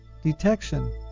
detection